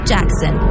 Jackson